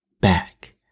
back